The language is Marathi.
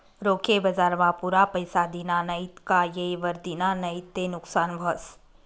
रोखे बजारमा पुरा पैसा दिना नैत का येयवर दिना नैत ते नुकसान व्हस